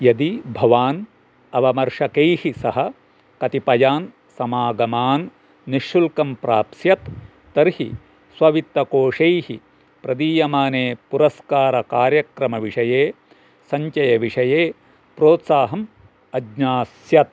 यदि भवान् अवमर्शकैः सह कतिपयान् समागमान् निःशुल्कं प्राप्स्यत् तर्हि स्ववित्तकोषैः प्रदीयमाने पुरस्कारकार्यक्रमविषये सञ्चयविषये प्रोत्साहम् अज्ञास्यत्